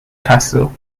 castle